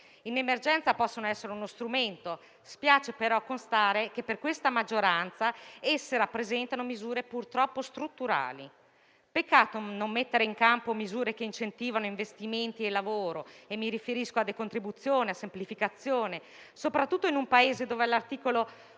in emergenza possono essere uno strumento, ma spiace constatare che per questa maggioranza esse rappresentano misure strutturali. Peccato non mettere in campo misure che incentivino investimenti e lavoro: mi riferisco a decontribuzione e semplificazione, soprattutto in un Paese dove l'articolo